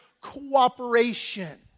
cooperation